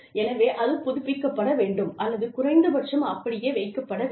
எனவே அது புதுப்பிக்கப்பட வேண்டும் அல்லது குறைந்தபட்சம் அப்படியே வைக்கப்பட வேண்டும்